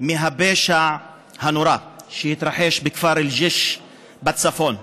מהפשע הנורא שהתרחש בכפר אל-ג'יש בצפון.